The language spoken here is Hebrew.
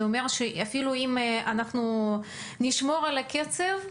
זה אומר שאפילו אם אנחנו נשמור על הקצב,